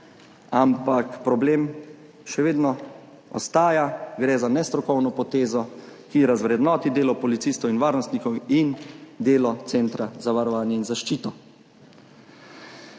ampak problem še vedno ostaja, gre za nestrokovno potezo, ki razvrednoti delo policistov in varnostnikov in delo Centra za varovanje in zaščito.